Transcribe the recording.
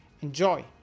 Enjoy